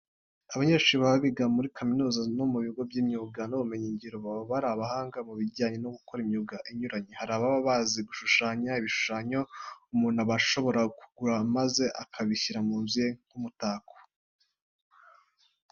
Abanyeshuri baba biga muri za kaminuza no mu bigo by'imyuga n'ubumenyingiro baba ari abahanga mu bijyanye no gukora imyuga inyuranye. Hari ababa bazi gushushanya ibishushanyo umuntu aba ashobora kugura maze akabishyira mu nzu ye nk'umutako.